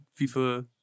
FIFA